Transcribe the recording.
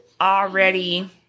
already